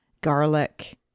garlic